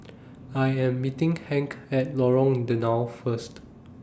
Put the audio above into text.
I Am meeting Hank At Lorong Danau First